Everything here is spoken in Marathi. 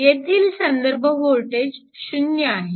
येथील संदर्भ वोल्टेज 0 आहे